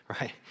right